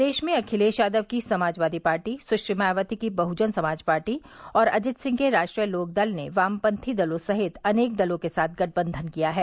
प्रदेश में अखिलेश यादव की समाजवादी पार्टी सुश्री मायावती की बहुजन समाज पार्टी और अजित सिंह के राष्ट्रीय लोकदल ने वामपंथी दलों सहित अनेक दलों के साथ गठबंधन किया है